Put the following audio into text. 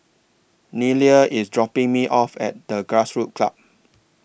Nelia IS dropping Me off At The Grassroots Club